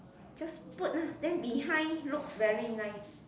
just put ah then behind looks very nice